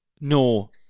No